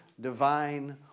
divine